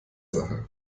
sache